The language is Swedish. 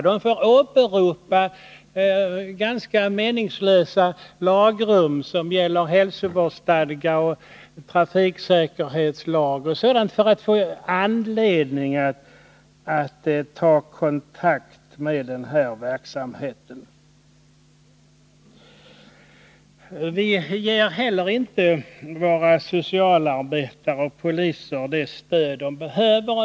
De får exempelvis åberopa ganska meningslösa lagrum som gäller hälsovårdsstadgar, trafiksäkerhetslag och sådant för att få anledning att ta kontakt med dem som utövar verksamheten. Vi ger alltså inte våra socialarbetare och poliser det stöd de behöver.